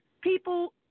people